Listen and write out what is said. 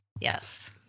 Yes